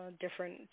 different